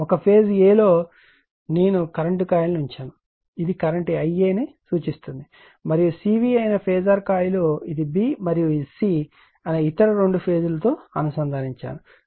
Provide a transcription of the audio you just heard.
ఒక phase a లో నేను కరెంట్ కాయిల్ను ఉంచాను ఇది కరెంట్ Ia ని చూస్తుంది మరియు C V అయిన ఫేజార్ కాయిల్ ఇది b మరియు c అయిన ఇతర రెండు ఫేజ్ లతో అనుసంధానించబడి ఉంది